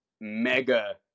mega